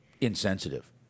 insensitive